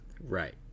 right